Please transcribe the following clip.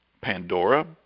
Pandora